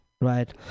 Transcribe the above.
right